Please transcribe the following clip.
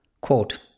Quote